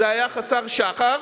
זה היה חסר שחר,